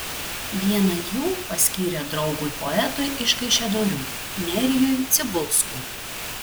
vieną jų paskyrė draugui poetui iš kaišiadorių nerijui cibulskui